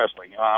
wrestling